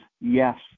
yes